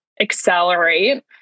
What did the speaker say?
accelerate